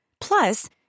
Plus